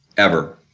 ever.